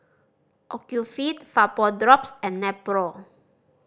Ocuvite Vapodrops and Nepro